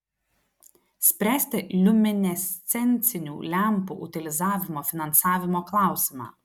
spręsti liuminescencinių lempų utilizavimo finansavimo klausimą